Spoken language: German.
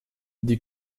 die